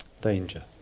danger